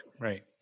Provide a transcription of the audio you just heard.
right